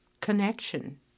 connection